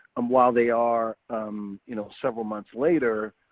um while they are you know several months later,